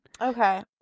okay